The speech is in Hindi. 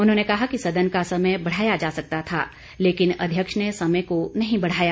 उन्होंने कहा कि सदन का समय बढ़ाया जा सकता था लेकिन अध्यक्ष ने समय को नहीं बढ़ाया